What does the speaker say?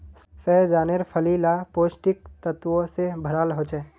सह्जानेर फली ला पौष्टिक तत्वों से भराल होचे